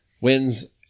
wins